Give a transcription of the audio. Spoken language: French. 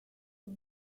aux